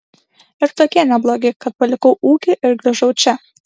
ir tokie neblogi kad palikau ūkį ir grįžau čia